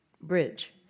bridge